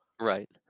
Right